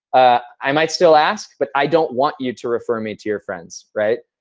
ah i might still ask, but i don't want you to refer me to your friends, right?